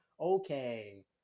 Okay